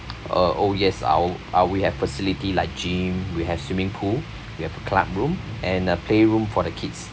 uh oh yes I'll ah we have facility like gym we have swimming pool we have a club room and a playroom for the kids